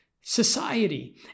society